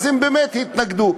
הם באמת התנגדו.